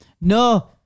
No